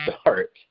start